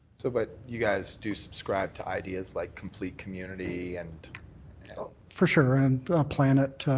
so but you guys do subscribe to ideas like complete community and for sure, and a plan it